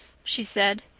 she said.